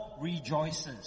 rejoices